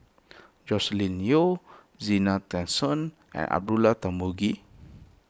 Joscelin Yeo Zena Tessensohn and Abdullah Tarmugi